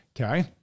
Okay